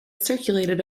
circulated